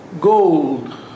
gold